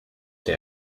der